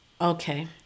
okay